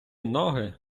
ноги